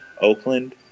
Oakland